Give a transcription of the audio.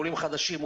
עולים חדשים,